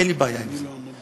אין לי בעיה עם זה.